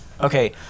Okay